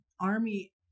army